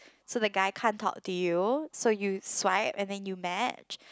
so the guy can't talk to you so you swipe and then you match